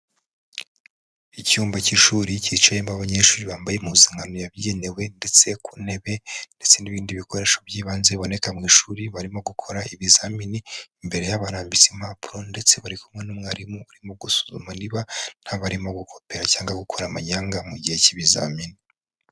Icyumba cy'ishuri kicayemo abanyeshuri bambaye impuzankano yabigenewe ndetse ku ntebe, ndetse n'ibindi bikoresho by'ibanze biboneka mu ishuri barimo gukora ibizamini. Imbere yabo harambitse impapuro ndetse bari kumwe n'umwarimu urimo gusuzuma niba nta barimo gukopera, cyangwa gukora amanyanga mu gihe k'ibizamini.